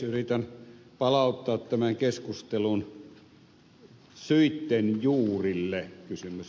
yritän palauttaa tämän keskustelun syiden juurille